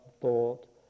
thought